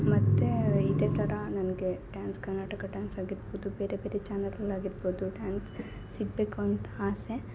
ಮತ್ತು ಇದೇ ಥರ ನನಗೆ ಡ್ಯಾನ್ಸ್ ಕರ್ನಾಟಕ ಡ್ಯಾನ್ಸ್ ಆಗಿರ್ಬೌದು ಬೇರೆ ಬೇರೆ ಚ್ಯಾನೆಲ್ ಅಲ್ಲಿ ಆಗಿರ್ಬೌದು ಡ್ಯಾನ್ಸ್ ಸಿಗಬೇಕು ಅಂತ ಆಸೆ